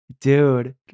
Dude